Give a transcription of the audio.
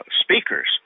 speakers